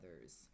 others